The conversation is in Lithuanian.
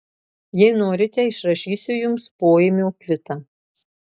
jei norite išrašysiu jums poėmio kvitą